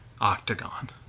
octagon